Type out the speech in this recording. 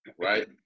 right